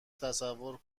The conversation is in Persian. تصور